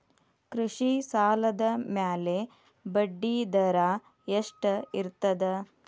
ಕೃಷಿ ಸಾಲದ ಮ್ಯಾಲೆ ಬಡ್ಡಿದರಾ ಎಷ್ಟ ಇರ್ತದ?